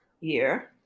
year